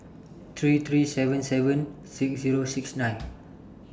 three three seven seven six Zero six nine